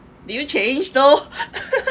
did you change though